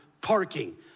parking